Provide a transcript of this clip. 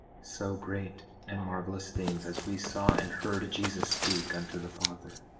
so great and marvelous things as we saw and heard jesus speak unto the father